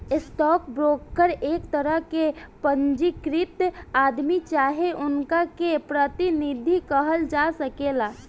stock broker एक तरह के पंजीकृत आदमी चाहे उनका के प्रतिनिधि कहल जा सकेला